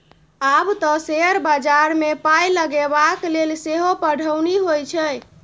आब तँ शेयर बजारमे पाय लगेबाक लेल सेहो पढ़ौनी होए छै